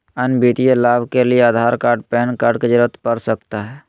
अन्य वित्तीय लाभ के लिए आधार कार्ड पैन कार्ड की जरूरत पड़ सकता है?